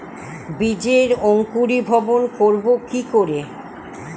বীজের অঙ্কোরি ভবন করব কিকরে?